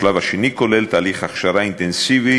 השלב השני הוא תהליך הכשרה אינטנסיבי